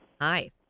hi